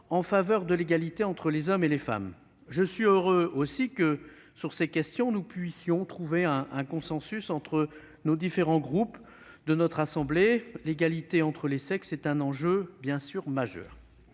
en faveur de l'égalité entre les hommes et les femmes. Je suis heureux aussi que, sur ces questions, nous puissions trouver un consensus entre les différents groupes de notre assemblée, car l'égalité entre les sexes est un enjeu majeur.